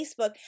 Facebook